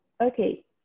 Okay